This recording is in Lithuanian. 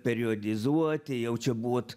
periodizuoti jau čia buvot